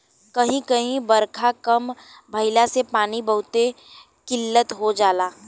कही कही बारखा कम भईला से पानी के बहुते किल्लत हो जाला